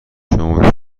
شما